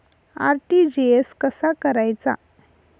RTGS कसा करायचा?